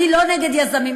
אני לא נגד יזמים,